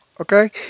Okay